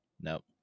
Nope